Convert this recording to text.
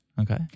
Okay